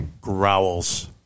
growls